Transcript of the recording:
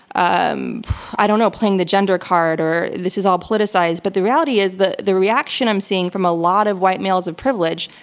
um i don't know, playing the gender card, or this is all politicized. but the reality is, the the reaction i'm seeing from a lot of white males of privilege,